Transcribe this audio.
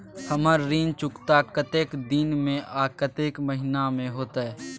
हमर ऋण चुकता कतेक दिन में आ कतेक महीना में होतै?